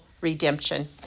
redemption